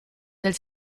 del